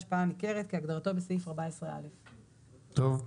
"השפעה ניכרת" כהגדרתה בסעיף 14א"; טוב,